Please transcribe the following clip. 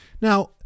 Now